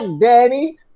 Danny